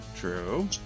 True